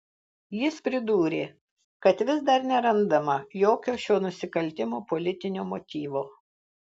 jis pridūrė kad vis dar nerandama jokio šio nusikaltimo politinio motyvo